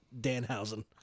Danhausen